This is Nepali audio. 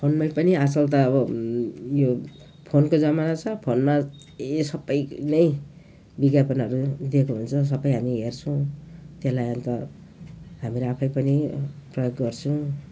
फोनमै पनि आजकल त अब यो फोनको जमाना छ फोनमा यो सबै नै विज्ञापनहरू दिएको हुन्छ सबै हामी हेर्छौँ त्यसलाई अन्त हामीहरू आफैँ पनि प्रयोग गर्छौँ